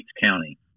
County